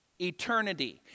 Eternity